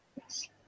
Yes